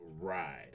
ride